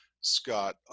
scott